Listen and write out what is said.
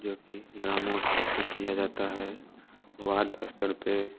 जो कि ग्राम स्तर पर किया जाता है वार्ड स्तर पर